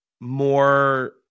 more